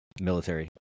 Military